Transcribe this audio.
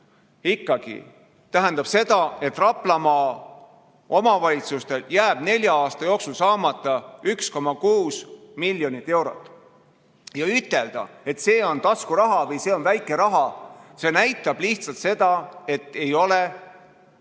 ikkagi tähendab seda, et Raplamaa omavalitsustel jääb nelja aasta jooksul saamata 1,6 miljonit eurot. Ja ütelda, et see on taskuraha, et see on väike raha – see näitab lihtsalt seda, et ei ole